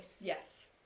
yes